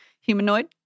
humanoid